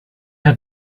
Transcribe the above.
had